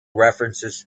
references